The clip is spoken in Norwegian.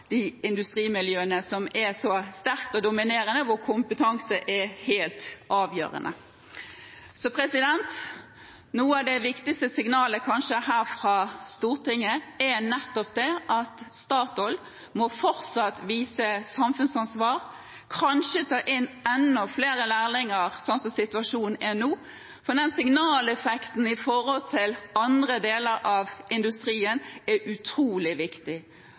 de industrimiljøene som er så sterke og dominerende, hvor kompetanse er helt avgjørende. Kanskje noe av det viktigste signalet her fra Stortinget er nettopp det at Statoil fortsatt må vise samfunnsansvar, kanskje ta inn enda flere lærlinger sånn som situasjonen er nå, for den signaleffekten overfor andre deler av industrien er utrolig viktig.